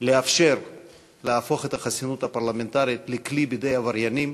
לאפשר להפוך את החסינות הפרלמנטרית לכלי בידי עבריינים,